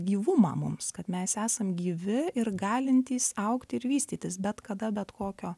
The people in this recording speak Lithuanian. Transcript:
gyvumą mums kad mes esam gyvi ir galintys augti ir vystytis bet kada bet kokio